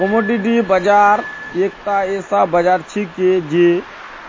commodity बाजार एकता ऐसा बाजार छिके जे